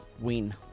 win